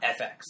FX